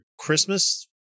Christmas